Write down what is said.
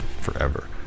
forever